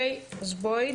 אז בואי,